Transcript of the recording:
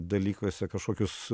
dalykuose kažkokius